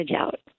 out